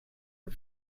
are